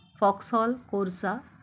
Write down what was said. Vauxhall कोर्सा